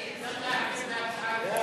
רבותי, הצבעה על הצעה לסדר-היום.